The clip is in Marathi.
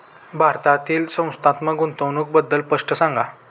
भारतातील संस्थात्मक गुंतवणूक बद्दल स्पष्ट सांगा